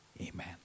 Amen